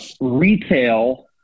retail